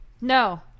No